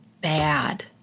bad